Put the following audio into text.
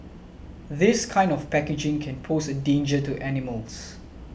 this kind of packaging can pose a danger to animals